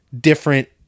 different